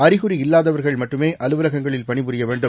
அறிகுறி இல்லாதவர்கள் மட்டுமே அலுவலகங்களில் பணிபுரிய வேண்டும்